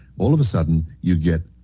all of a sudden, you get